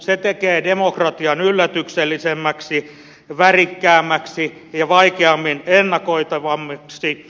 se tekee demokratian yllätyksellisemmäksi ja värikkäämmäksi ja vaikeammin ennakoitavammaksi